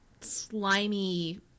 slimy